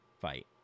fight